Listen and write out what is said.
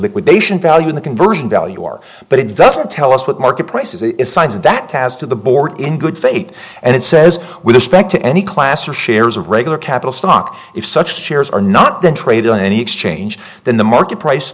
liquidation value in the conversion value are but it doesn't tell us what market price is a size that has to the board in good faith and it says with respect to any class or shares of regular capital stock if such shares are not then traded on any exchange then the market price